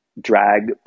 drag